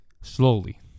Slowly